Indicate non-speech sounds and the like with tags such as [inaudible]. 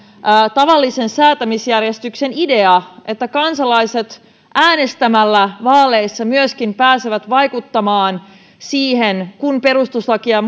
tavallisen säätämisjärjestyksen idea että kansalaiset äänestämällä vaaleissa pääsevät vaikuttamaan myöskin siihen kun perustuslakia [unintelligible]